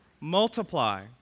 Multiply